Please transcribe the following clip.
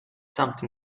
jumped